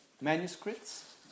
manuscripts